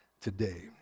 today